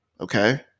Okay